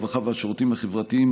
הרווחה והשירותים החברתיים,